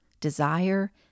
desire